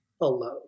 alone